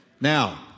Now